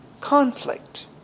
conflict